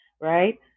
right